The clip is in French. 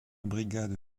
brigade